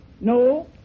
No